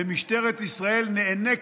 ומשטרת ישראל נאנקת,